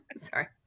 sorry